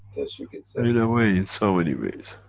guess you could say? in a way, in so many ways.